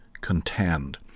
contend